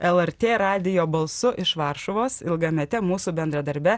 lrt radijo balsu iš varšuvos ilgamete mūsų bendradarbe